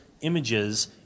images